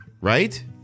right